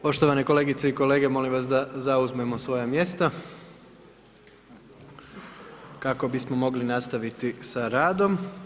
Poštovane kolegice i kolege, molim vas da zauzmemo svoja mjesta kako bismo mogli nastaviti sa radom.